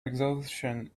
exhaustion